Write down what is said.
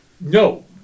No